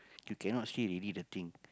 you cannot see already the thing